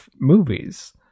movies